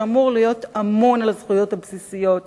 שאמור להיות אמון על הזכויות הבסיסיות,